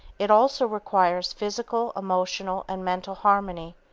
it also requires physical, emotional and mental harmony,